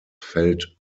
fällt